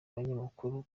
abanyamakuru